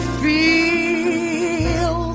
feel